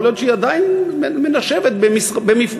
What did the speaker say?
יכול להיות שהיא עדיין מנשבת במפרשיו,